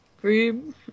Cream